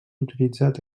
utilitzat